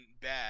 bad